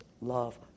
love